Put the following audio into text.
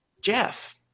Jeff